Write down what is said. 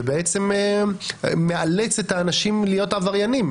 זה מאלץ את האנשים להיות עבריינים.